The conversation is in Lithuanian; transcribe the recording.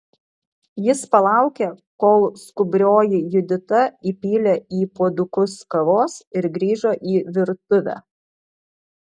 jis palaukė kol skubrioji judita įpylė į puodukus kavos ir grįžo į virtuvę